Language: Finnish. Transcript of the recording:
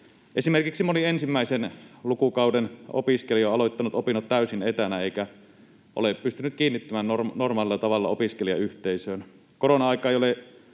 Esimerkiksi moni ensimmäisen lukukauden opiskelija on aloittanut opinnot täysin etänä eikä ole pystynyt kiinnittymään normaalilla tavalla opiskelijayhteisöön. Korona-aika ei ole